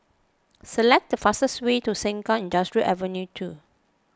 select the fastest way to Sengkang Industrial Avenue two